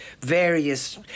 various